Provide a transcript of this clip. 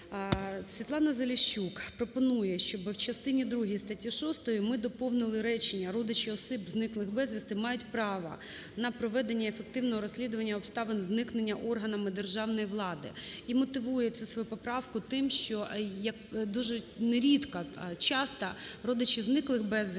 Світлана Заліщук пропонує, щоби в частині другій статті 6 ми доповнили речення: "Родичі осіб, зниклих безвісти, мають право на проведення ефективного розслідування обставин зникнення органами державної влади". І мотивує цю свою поправку тим, що дуже не рідко, а часто родичі зниклих безвісти